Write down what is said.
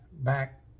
back